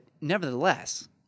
nevertheless